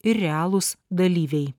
ir realūs dalyviai